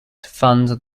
fund